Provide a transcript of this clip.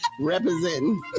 representing